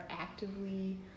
actively